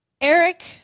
Eric